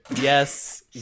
Yes